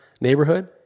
neighborhood